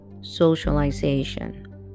Socialization